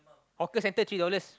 hawker center three dollars